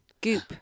goop